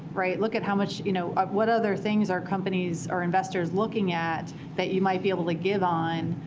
right? look at how much you know what other things are companies or investors looking at that you might be able to give on